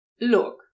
Look